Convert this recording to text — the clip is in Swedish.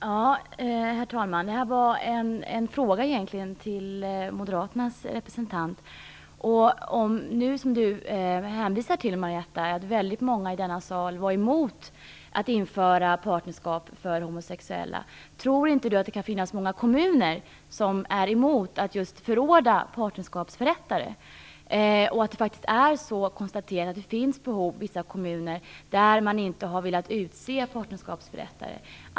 Herr talman! Det här är egentligen en fråga till Lundin hänvisar till att väldigt många i denna sal var emot att införa partnerskap för homosexuella. Tror inte Marietta de Pourbaix-Lundin att det kan finnas många kommuner som är emot att förordna partnerskapsförrättare? Det finns behov i vissa kommuner där man inte har velat utse partnerskapsförrättare.